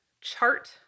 chart